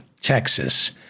Texas